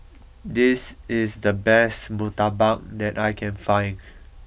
this is the best Murtabak that I can find